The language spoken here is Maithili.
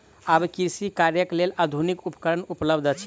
आब कृषि कार्यक लेल आधुनिक उपकरण उपलब्ध अछि